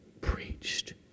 preached